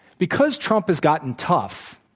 because trump has gotten tough,